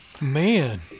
Man